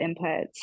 inputs